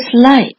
light